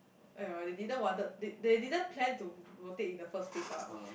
!aiya! they didn't wanted they they didn't plan to to rotate in the first place ah